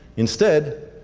instead,